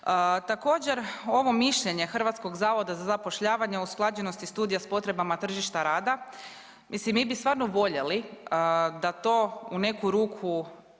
Također ovo mišljenje Hrvatskog zavoda za zapošljavanje o usklađenosti studija sa potrebama tržišta rada, mislim mi bi stvarno voljeli da to u neku ruku